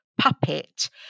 puppet